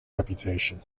reputation